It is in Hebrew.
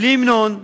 בלי המנון,